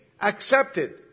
accepted